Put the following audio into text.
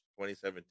2017